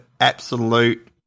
absolute